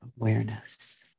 awareness